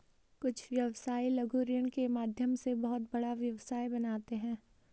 कुछ व्यवसायी लघु ऋण के माध्यम से बहुत बड़ा व्यवसाय बनाते हैं